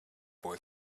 boy